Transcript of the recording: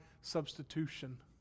substitution